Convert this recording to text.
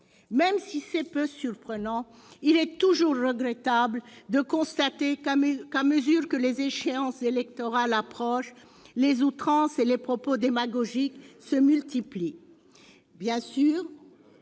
Même si c'est peu surprenant, il est toujours regrettable de constater qu'à mesure que les échéances électorales approchent les outrances et les propos démagogiques se multiplient. C'est